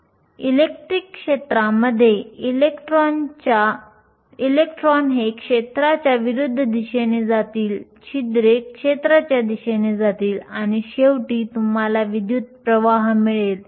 electric क्षेत्रामध्ये electron हे क्षेत्राच्या विरुद्ध दिशेने जातील छिद्रे क्षेत्राच्या दिशेने जातील आणि शेवटी तुम्हाला विद्युत् प्रवाह मिळेल